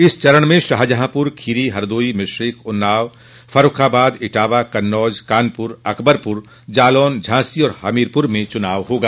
इस चरण में शाहजहांपुर खीरी हरदोई मिश्रिख उन्नाव फर्रूखाबाद इटावा कन्नौज कानपुर अकबरपुर जालौन झांसी और हमीरपुर में चुनाव होगा